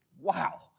Wow